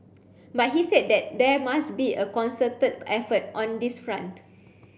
but he said that there must be a concerted effort on this front